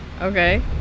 Okay